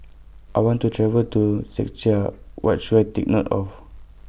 I want to travel to Czechia What should I Take note of